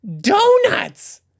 Donuts